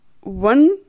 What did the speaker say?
one